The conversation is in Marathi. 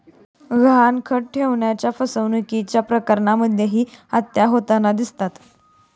गहाणखत ठेवण्याच्या फसवणुकीच्या प्रकरणांमध्येही हत्या होताना दिसतात